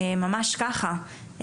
ממש ככה,